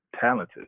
talented